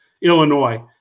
Illinois